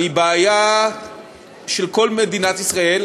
אבל היא בעיה של כל מדינת ישראל